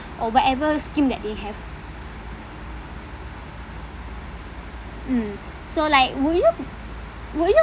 or whatever scheme that they have mm so like would you would you